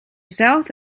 south